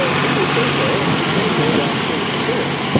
ah when they say so and in say so i'm sure sincerely.